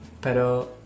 pero